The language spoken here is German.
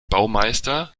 baumeister